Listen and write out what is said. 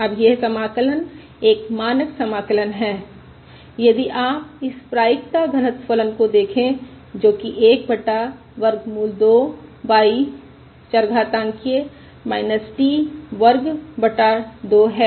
अब यह समाकलन एक मानक समाकलन है यदि आप इस प्रायिकता घनत्व फलन को देखें जो कि 1 बटा वर्गमूल 2 पाई चरघातांकिय़ t वर्ग बटा 2 है